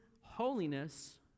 holiness